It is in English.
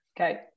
Okay